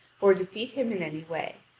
or defeat him in any way,